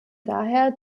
daher